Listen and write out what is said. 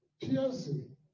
piercing